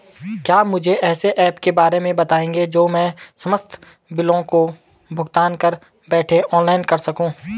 क्या मुझे ऐसे ऐप के बारे में बताएँगे जो मैं समस्त बिलों का भुगतान घर बैठे ऑनलाइन कर सकूँ?